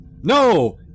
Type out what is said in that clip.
No